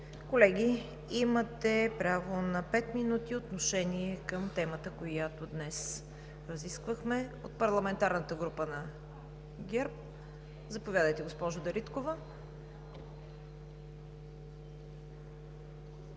Колеги, имате право на пет минути за отношение към темата, която днес разискваме. От парламентарната група на ГЕРБ – заповядайте, госпожо Дариткова.